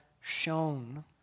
shown